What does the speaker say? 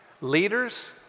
Leaders